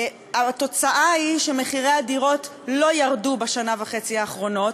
התוצאה היא שמחירי הדירות לא ירדו בשנה וחצי האחרונות.